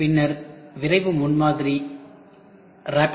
பின்னர் விரைவு முன்மாதிரிRP